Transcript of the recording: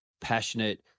passionate